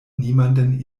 niemanden